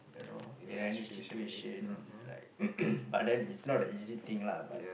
you know in any situation like but then it's not an easy thing lah but